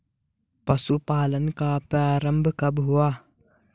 पशुपालन का प्रारंभ कब हुआ?